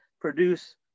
produce